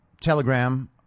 Telegram